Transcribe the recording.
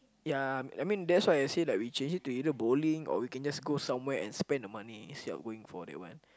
ya I mean that's why I say like we change it to either bowling or we can just go somewhere and spend the money instead of going for that one